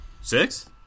Six